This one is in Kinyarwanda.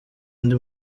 andi